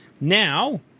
now